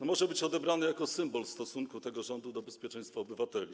może być odebrane jako symbol stosunku tego rządu do bezpieczeństwa obywateli.